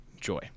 Joy